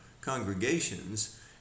congregations